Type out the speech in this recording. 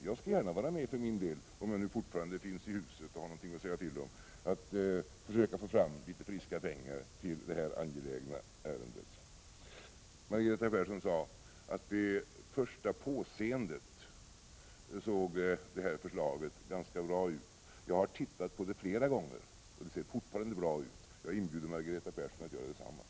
Jag skall gärna vara med för min del, om jag nu fortfarande finns kvar i huset och har någonting att säga till om, på att försöka få fram litet friska pengar till detta angelägna ärende. Margareta Persson sade att det här förslaget såg ganska bra ut vid första påseendet. Jag har tittat på det flera gånger, och det ser fortfarande bra ut. Jag inbjuder Margareta Persson att göra detsamma.